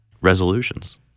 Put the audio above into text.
resolutions